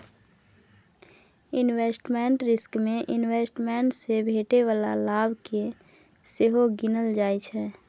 investment risk मे investment सँ भेटै बला लाभ केँ सेहो गिनल जाइ छै